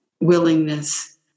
willingness